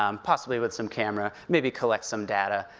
um possibly with some camera, maybe collect some data,